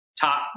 Top